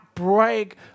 Break